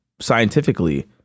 scientifically